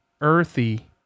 earthy